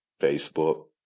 Facebook